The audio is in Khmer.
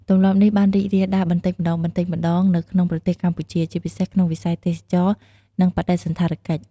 ទម្លាប់នេះបានរីករាលដាលបន្តិចម្ដងៗនៅក្នុងប្រទេសកម្ពុជា ជាពិសេសក្នុងវិស័យទេសចរណ៍ និងបដិសណ្ឋារកិច្ច។